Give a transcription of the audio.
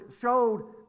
showed